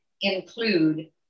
include